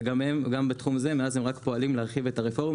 וגם בתחום הזה הם מאז פועלים רק להרחיב את הרפורמה,